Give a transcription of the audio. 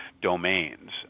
domains